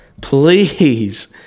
please